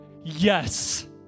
yes